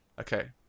Okay